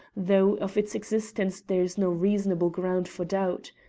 though of its existence there is no reasonable ground for doubt.